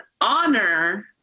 honor